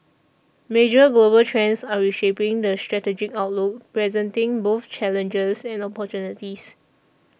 major global trends are reshaping the strategic outlook presenting both challenges and opportunities